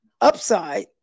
upside